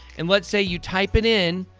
and let's say you type it in,